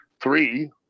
Three